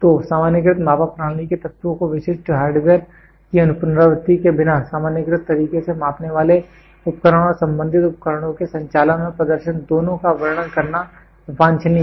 तो सामान्यीकृत मापा प्रणाली के तत्वों को विशिष्ट हार्ड वेयर की पुनरावृत्ति के बिना सामान्यीकृत तरीके से मापने वाले उपकरण और संबंधित उपकरणों के संचालन और प्रदर्शन दोनों का वर्णन करना वांछनीय है